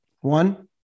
One